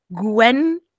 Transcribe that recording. Gwen